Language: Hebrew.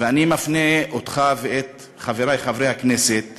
ואני מפנה אותך ואת חברי חברי הכנסת